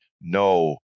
no